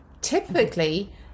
Typically